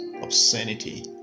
obscenity